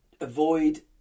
Avoid